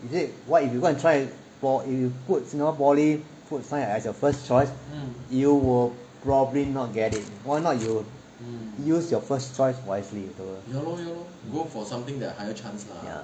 she said if you go and try po~ if you put singapore poly food science as your first choice you will probably not get it why not you use your first choice wisely ya